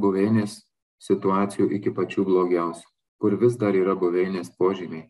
buveinės situacijų iki pačių blogiausių kur vis dar yra buveinės požymiai